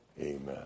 amen